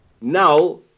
Now